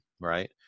Right